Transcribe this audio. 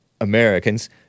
Americans